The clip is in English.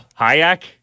Hayek